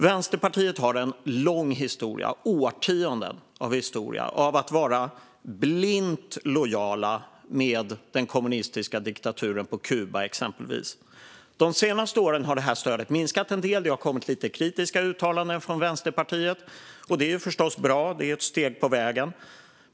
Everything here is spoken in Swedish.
Vänsterpartiet har en lång historia, årtionden av historia, av att vara blint lojalt med den kommunistiska diktaturen på exempelvis Kuba. De senaste åren har stödet minskat en del, och det har kommit lite kritiska uttalanden från Vänsterpartiet. Det är förstås bra och ett steg på vägen.